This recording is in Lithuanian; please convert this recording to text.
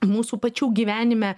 mūsų pačių gyvenime